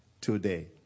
today